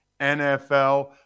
nfl